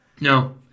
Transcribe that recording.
No